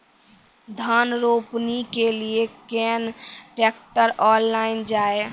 धान रोपनी के लिए केन ट्रैक्टर ऑनलाइन जाए?